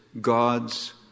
God's